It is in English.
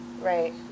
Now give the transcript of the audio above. Right